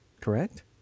correct